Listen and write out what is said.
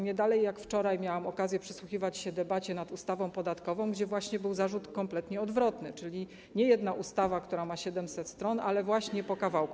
Nie dalej jak wczoraj miałam okazję przysłuchiwać się debacie nad ustawą podatkową, gdzie właśnie padł zarzut kompletnie odwrotny, czyli nie jedna ustawa, która ma 700 stron, ale właśnie po kawałku.